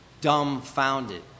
dumbfounded